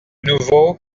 nouveaux